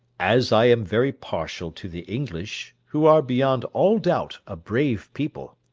as i am very partial to the english, who are beyond all doubt a brave people,